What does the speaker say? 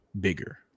bigger